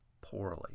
poorly